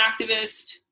activist